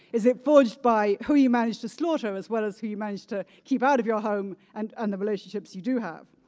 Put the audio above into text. is it forged by who you managed to slaughter as well as who you manage to keep out of your home and and the relationships you do have?